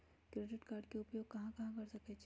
Credit card के उपयोग कहां कहां कर सकईछी?